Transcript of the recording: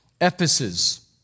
Ephesus